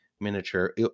miniature